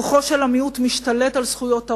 כוחו של המיעוט משתלט על זכויות הרוב,